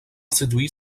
séduit